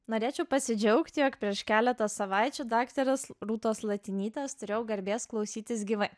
norėčiau pasidžiaugti jog prieš keletą savaičių daktarės rūtos latinytės turėjau garbės klausytis gyvai